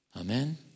Amen